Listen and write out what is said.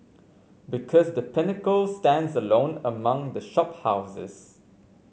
because The Pinnacle stands alone among the shop houses